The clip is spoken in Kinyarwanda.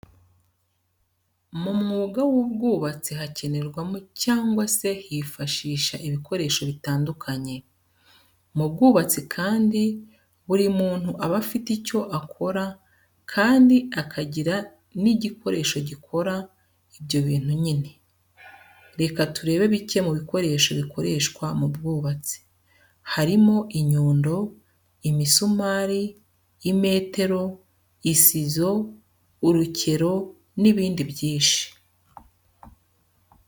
Mu mwuga w'ubwubatsi hakenerwamo cyangwa se hifashisha ibikoresho bitandukanye. Mu bwubatsi kandi buri muntu aba afite icyo akora kandi akagira n'igikoresho gikora ibyo bintu nyine. Reka turebe bike mu bikoresho bikoreshwa mu bwubatsi, harimo, inyundo, imisumari, imeteri, isizo, urukero n'ibindi byinshi.